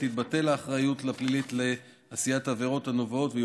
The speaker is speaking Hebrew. תתבטל האחריות הפלילית לעשיית העבירות הנובעות מהן,